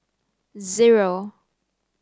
zero